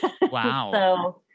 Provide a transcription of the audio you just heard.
Wow